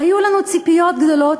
היו לנו ציפיות גדולות",